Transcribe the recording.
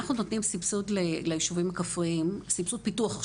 אנחנו נותנים לישובים הכפריים סבסוד פיתוח,